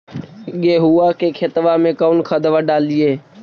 गेहुआ के खेतवा में कौन खदबा डालिए?